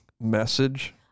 message